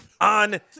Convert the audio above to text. on